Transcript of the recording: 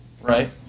right